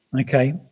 Okay